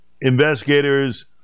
investigators